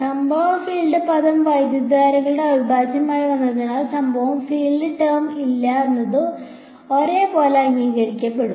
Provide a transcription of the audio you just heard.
സംഭവ ഫീൽഡ് പദം വൈദ്യുതധാരയുടെ അവിഭാജ്യമായി വന്നതായി സംഭവ ഫീൽഡ് ടേം ഇല്ല എന്നത് ഒരേപോലെ അംഗീകരിക്കപ്പെടും